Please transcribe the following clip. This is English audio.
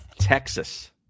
Texas